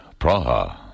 Praha